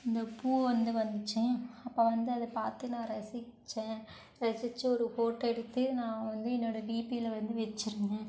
இந்த பூ வந்து வந்துச்சு அப்போ வந்து அதை பார்த்து நான் ரசிச்சேன் ரசிச்சு ஒரு ஃபோட்டோ எடுத்து நான் வந்து என்னோட டிபியில வந்து வச்சிருந்தேன்